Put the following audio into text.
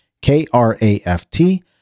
K-R-A-F-T